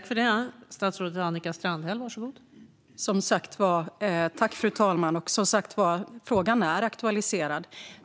Fru talman! Som sagt var är frågan aktualiserad.